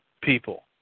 people